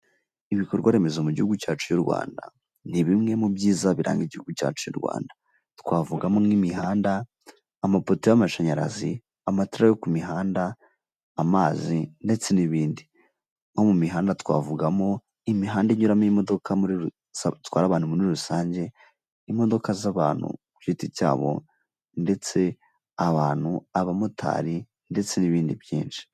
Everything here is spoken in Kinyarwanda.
Ibikorwaremezo mu gihugu cyacu cy'u Rwanda ni bimwe mu byiza biranga igihugu cyacu Rwanda, twavugamo nk'imihanda, amapoto y'amashanyarazi, amatara yo ku mihanda, amazi ndetse n'ibindi, nko mu mihanda twavugamo: imihanda inyuramo imodoka zitwara abantu muri rusange, imodoka z'abantu ku giti cyabo ndetse abantu abamotari ndetse n'ibindi byinshi.